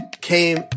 came